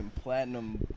platinum